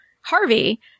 Harvey